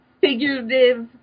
figurative